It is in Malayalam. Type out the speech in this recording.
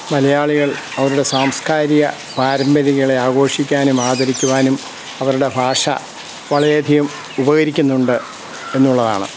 മലയാളികൾ അവരുടെ സാംസ്കാരിക പാരമ്പര്യങ്ങളെ ആഘോഷിക്കാനും ആദരിക്കുവാനും അവരുടെ ഭാഷ വളരെയധികം ഉപകരിക്കുന്നുണ്ട് എന്നുള്ളതാണ്